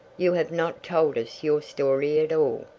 you have not told us your story at all.